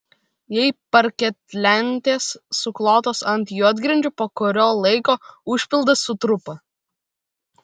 jei parketlentės suklotos ant juodgrindžių po kurio laiko užpildas sutrupa